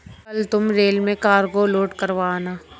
कल तुम रेल में कार्गो लोड करवा आना